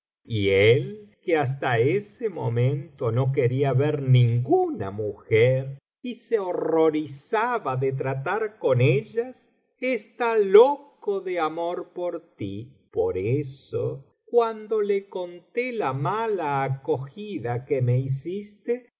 y él que hasta ese momento no quería ver ninguna mujer y se horrorizaba de tratar con ellas está loco de amor por ti por eso cuando le conté la mala acogida que me hiciste